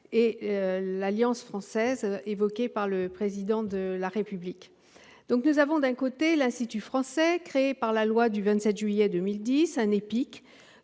et l'Alliance française qu'a évoqué le Président de la République. Nous avons, d'un côté, l'Institut français, créé par la loi du 27 juillet 2010. Il